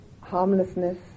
harmlessness